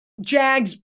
Jags